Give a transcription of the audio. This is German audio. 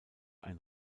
ein